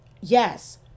yes